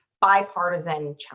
bipartisan